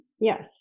Yes